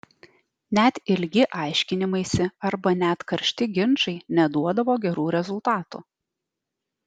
net ilgi aiškinimaisi arba net karšti ginčai neduodavo gerų rezultatų